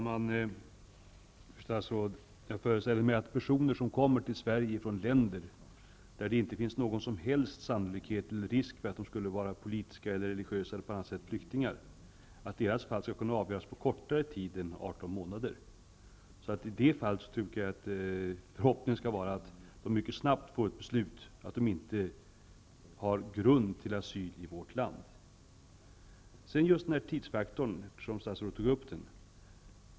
Herr talman! Jag föreställer mig, statsrådet, att personer som kommer till Sverige och för vilka det med tanke på det land som de kommer från inte finns någon som helst sannolikhet eller risk för att de skulle vara politiska, religiösa eller andra flyktingar skall kunna få sina fall avgjorda på kortare tid än 18 månader. I det avseendet tycker jag att förhoppningen skall vara att de mycket snabbt får del av beslut om att det saknas grund för asyl i vårt land. Så något om tidsfaktorn, som ju statsrådet berörde.